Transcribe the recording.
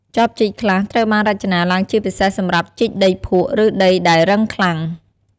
ចបជីកខ្លះត្រូវបានរចនាឡើងជាពិសេសសម្រាប់ជីកដីភក់ ឬដីដែលរឹងខ្លាំង។